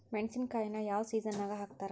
ಮೆಣಸಿನಕಾಯಿನ ಯಾವ ಸೇಸನ್ ನಾಗ್ ಹಾಕ್ತಾರ?